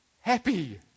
happy